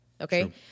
Okay